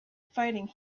fighting